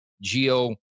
Geo